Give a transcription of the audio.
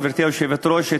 גברתי היושבת-ראש,